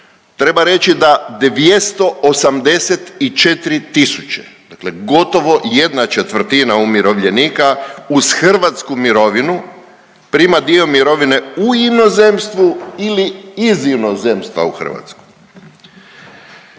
Treba reći da 284 tisuće, dakle gotovo 1/4 umirovljenika uz hrvatsku mirovinu prima dio mirovine u inozemstvu ili iz inozemstva u Hrvatsku.